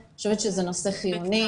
אני חושבת שזה נושא חיוני,